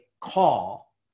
call